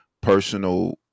personal